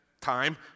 time